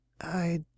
I